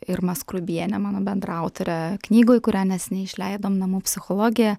irma skruibiene mano bendraautore knygoj kurią neseniai išleidom namų psichologija